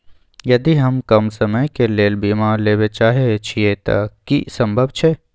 यदि हम कम समय के लेल बीमा लेबे चाहे छिये त की इ संभव छै?